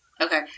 Okay